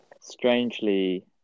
strangely